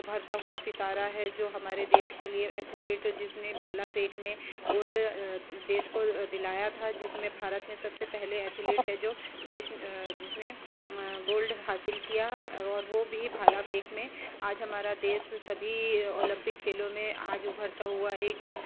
उभरता हुआ सितारा है जो हमारे देश के लिए एथलीट जिसने भाला फेंक में गोल्ड देश को दिलाया था जिसमें भारत में सबसे पहले एथलीट है जो देश जिसने गोल्ड हासिल किया और वो भी भाला फेंक में आज हमारा देश सभी ओलंपिक खेलों में आज उभरता हुआ एक